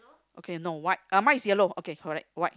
okay no white uh mine is yellow okay correct white